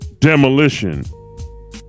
demolition